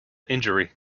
injury